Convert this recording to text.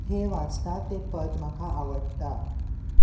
हें वाचता तें पद म्हाका आवडटा